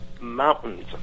mountains